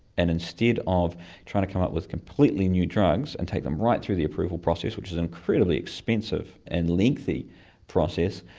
and instead of trying to come up with completely new drugs and take them right through the approval process, which incredibly expensive and lengthy process,